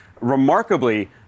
remarkably